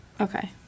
Okay